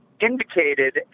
indicated